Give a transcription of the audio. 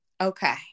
Okay